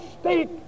state